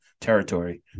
territory